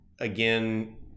Again